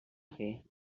fer